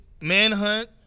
manhunt